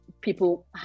people